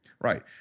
right